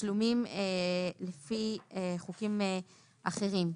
תשלומים לפי חוקים אחרים.